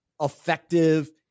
effective